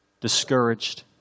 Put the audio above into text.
discouraged